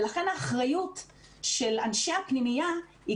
ולכן האחריות של אנשי הפנימייה היא